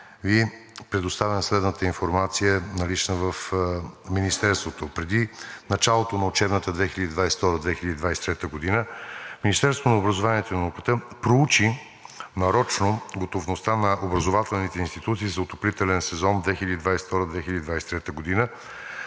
Ви предоставям следната информация, налична в Министерството: Преди началото на учебната 2022 – 2023 г. Министерството на образованието и науката проучи нарочно готовността на образователните институции за отоплителен сезон 2022 – 2023 г.,